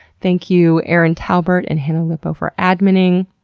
thank you erin talbert and hannah lipow for adminning.